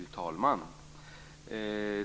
Fru talman!